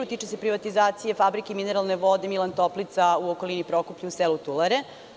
Tiče se privatizacije fabrike mineralne vode „Milan Toplica“ u okolini Prokuplja u selu Tulare.